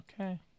Okay